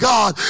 God